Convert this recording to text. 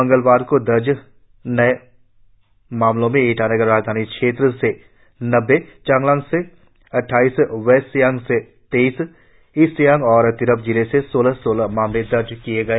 मंगलवार को दर्ज किए गए नए मामलों में ईटानगर राजधानी क्षेत्र से नब्बे चांगलांग जिले से अड्डाईस वेस्ट सियांग से तेईस ईस्ट सियांग और तिरप जिले से सोलह सोलह मामले दर्ज किए गए